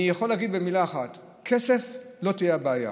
אני יכול להגיד במילה אחת: כסף לא יהיה הבעיה.